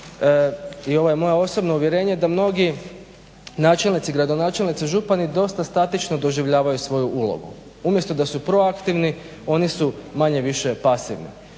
i ovo je moje osobno uvjerenje, da mnogi načelnici, gradonačelnici, župani dosta statično doživljavaju svoju ulogu. Umjesto da su proaktivni oni su manje-više pasivni,